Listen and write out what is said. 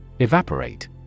Evaporate